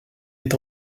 est